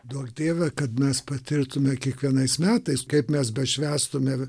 duok dieve kad mes patirtume kiekvienais metais kaip mes be švęstume